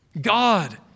God